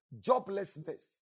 Joblessness